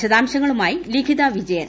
വിശദാംശങ്ങളുമായി ലിഖ്ചിരു വിജിയൻ